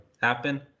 happen